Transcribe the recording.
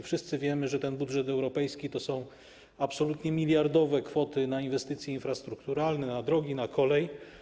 Wszyscy wiemy, że ten budżet europejski to są absolutnie miliardowe kwoty na inwestycje infrastrukturalne, na drogi, na kolej.